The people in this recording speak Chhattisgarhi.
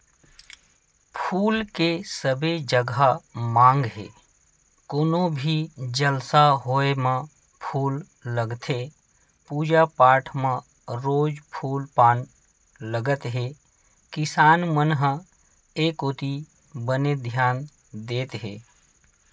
फूल के सबे जघा मांग हे कोनो भी जलसा होय म फूल लगथे पूजा पाठ म रोज फूल पान लगत हे किसान मन ह ए कोती बने धियान देत हे